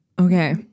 Okay